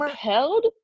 held